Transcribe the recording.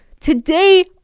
Today